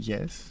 Yes